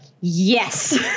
Yes